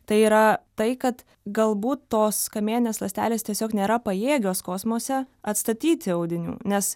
tai yra tai kad galbūt tos kamieninės ląstelės tiesiog nėra pajėgios kosmose atstatyti audinių nes